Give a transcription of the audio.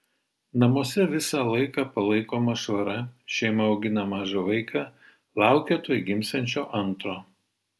namuose visą laiką palaikoma švara šeima augina mažą vaiką laukia tuoj gimsiančio antro